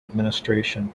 administration